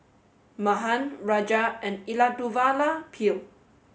Mahan Raja and Elattuvalapil